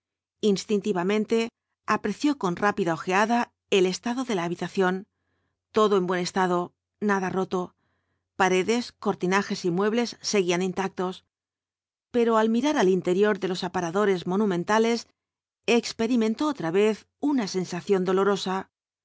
instintivamente apreció con rápida ojeada el estado de la habitación todo en buen estado nada roto paredes cortinajes y muebles seguían intactos pero al mirar el interior de los aparadores monumentales experimentó otra vez una sensación